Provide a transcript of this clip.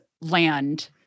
land